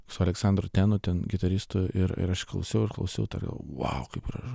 su aleksandru tenu ten gitaristu ir ir aš klausiau ir klausau tokiu vau kaip gražu